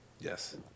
Yes